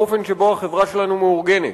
באופן שבו החברה שלנו מאורגנת.